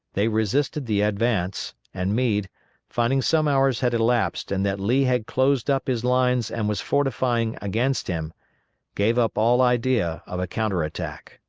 they resisted the advance, and meade finding some hours had elapsed and that lee had closed up his lines and was fortifying against him gave up all idea of a counter-attack.